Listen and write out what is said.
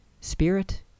Spirit